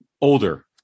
older